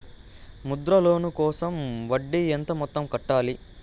Mudra loan కోసం వడ్డీ ఎంత మొత్తం కట్టాలి